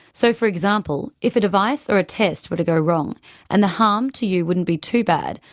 so, for example, if a device or a test were to go wrong and the harm to you wouldn't be too bad,